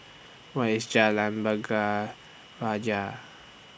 Where IS Jalan Bunga Raya